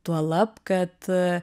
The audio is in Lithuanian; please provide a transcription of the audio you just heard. tuolab kad